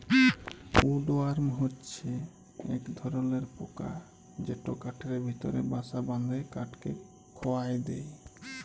would worm হছে ইক ধরলর পকা যেট কাঠের ভিতরে বাসা বাঁধে কাঠকে খয়ায় দেই